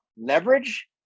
leverage